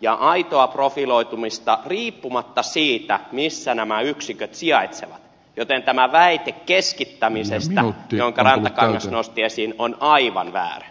ja aitoa profiloitumista riippumatta siitä missä nämä yksiköt sijaitsevat joten tämä väite keskittämisestä jonka rantakangas nosti esiin on aivan väärä